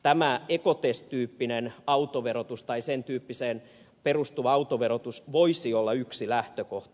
tämä ekotest tyyppinen autoverotus tai sen tyyppiseen perustuva autoverotus voisi olla yksi lähtökohta